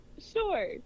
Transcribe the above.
sure